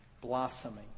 blossoming